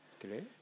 Great